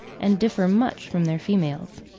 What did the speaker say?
and differ much from their females.